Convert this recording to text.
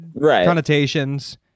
connotations